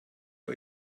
ihr